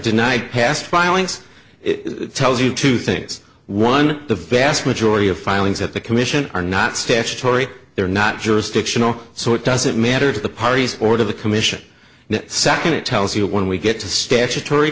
denied past filings it tells you two things one the vast majority of filings at the commission are not statutory they're not jurisdictional so it doesn't matter to the parties or to the commission and second it tells you when we get to statutory